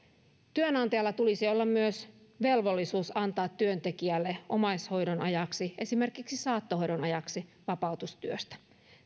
työnantajalla tulisi myös olla velvollisuus antaa työntekijälle omaishoidon ajaksi esimerkiksi saattohoidon ajaksi vapautus työstä